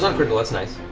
um critical. that's nice.